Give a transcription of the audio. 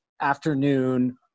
afternoon